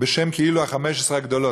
כאילו בשם 15 הגדולות.